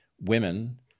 women